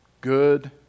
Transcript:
good